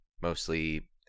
Mostly